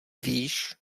víš